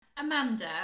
Amanda